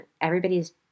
everybody's